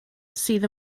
sydd